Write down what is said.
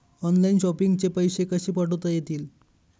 Online shopping चे पैसे कसे पाठवता येतील?